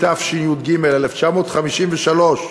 התשי"ג 1953,